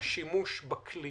אני חושב שהשימוש בכלי